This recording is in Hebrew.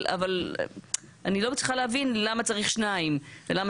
אבל אני לא מצליחה להבין למה צריך שניים ולמה